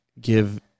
give